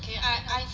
I I